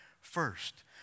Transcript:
first